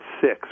six